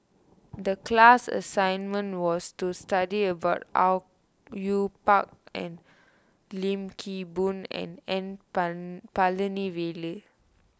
the class assignment was to study about Au Yue Pak and Lim Kim Boon and N Palanivelu